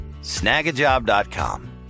snagajob.com